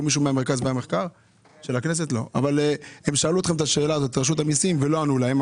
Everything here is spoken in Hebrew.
רשות המסים שאלה אתכם את השאלה הזו ולא ענו להם,